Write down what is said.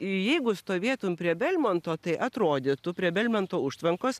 jeigu stovėtum prie belmonto tai atrodytų prie belmonto užtvankos